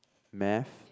math